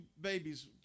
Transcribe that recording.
babies